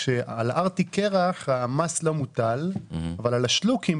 על ארטיק קרח המס לא מוטל אבל על השלוקים,